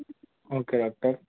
okay doctor